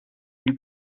you